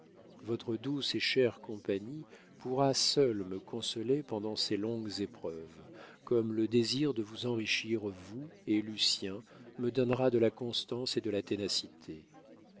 votre douce et chère compagnie pourra seule me consoler pendant ces longues épreuves comme le désir de vous enrichir vous et lucien me donnera de la constance et de la ténacité